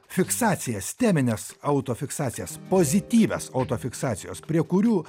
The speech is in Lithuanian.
fiksacijas temines autofiksacijas pozityvias autofiksacijos prie kurių